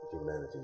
humanity